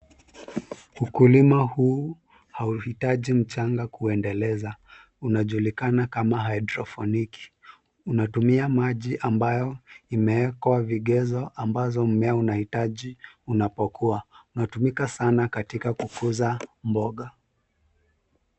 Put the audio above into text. Ukulima huu hauhitaji mchanga kuendeleza unajulikana kama hydroponiki, unatumia maji ambayo imewekwa vigezo ambavyo mmea unahitaji unapokuwa ,unatumika sana katika kukuza mboga.